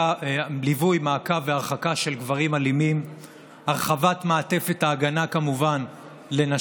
מעקב והרחקה של גברים אלימים והרחבת מעטפת ההגנה לנשים,